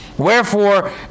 Wherefore